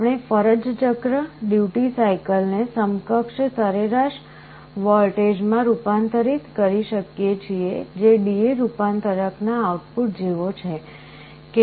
આપણે ફરજ ચક્ર ને સમકક્ષ સરેરાશ વોલ્ટેજમાં રૂપાંતરિત કરી શકીએ છીએ જે DA રૂપાંતરક ના આઉટપુટ જેવો છે